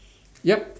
yup